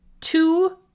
two